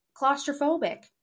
claustrophobic